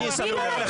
מי לא נתן?